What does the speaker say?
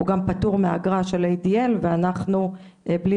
הוא גם פטור מהאגרה של ADL ואנחנו בלי